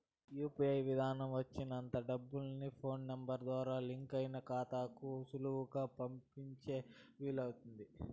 UPI విదానం వచ్చినంత డబ్బుల్ని ఫోన్ నెంబరు ద్వారా లింకయిన కాతాలకు సులువుగా పంపించే వీలయింది